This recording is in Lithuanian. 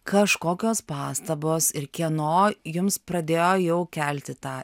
kažkokios pastabos ir kieno jums pradėjo jau kelti tą